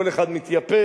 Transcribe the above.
כל אחד מתייפה,